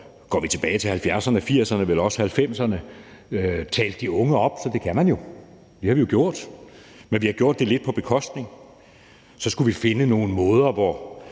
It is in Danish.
går tilbage til 70'erne, 80'erne og vel også 90'erne – har talt de unge op, så det kan man jo. Det har vi jo gjort. Men vi har gjort det lidt på nogens bekostning. Så skulle vi finde nogle måder, som